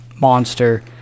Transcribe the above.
monster